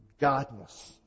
Godness